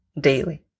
daily